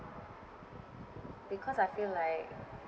because I feel like